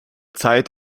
zeit